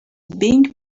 being